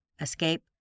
escape